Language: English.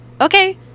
Okay